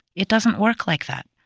it doesn't work like that.